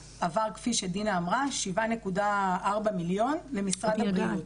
עבר, כפי שדינה אמרה, 7.4 מיליון למשרד הבריאות.